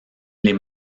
les